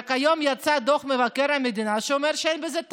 רק היום יצא דוח מבקר המדינה שאומר שאין בזה טעם,